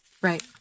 right